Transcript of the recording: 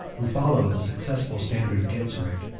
who followed the successful standard of genseric,